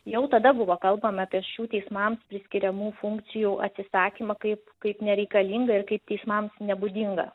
jau tada buvo kalbama apie šių teismams priskiriamų funkcijų atsisakymą kaip kaip nereikalingą ir kaip teismams nebūdingą